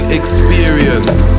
experience